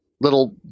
little